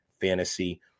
fantasy